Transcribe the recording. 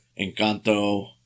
encanto